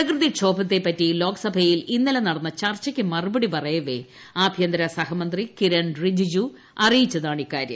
പ്രകൃതിക്ഷോഭത്തെപ്പറ്റി ല്യോക്ട്സഭയിൽ ഇന്നലെ നടന്ന ചർച്ചക്ക് മറുപടി പറയവേ ആഭ്യന്ത്ര സഹമന്ത്രി കിരൺ റിജിജ്ജു അറിയിച്ചതാണ് ഇക്കാര്യര്